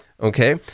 okay